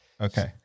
okay